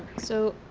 so